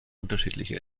unterschiedliche